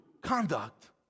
conduct